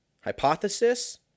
hypothesis